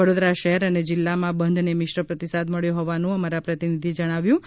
વડોદરા શહેર અને જિલ્લામાં બંધને મિશ્ર પ્રતિસાદ મળ્યો હોવાનું અમારા પ્રતિનિધિ જણાવે છે